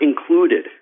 included